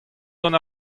gant